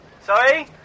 Sorry